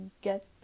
get